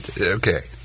Okay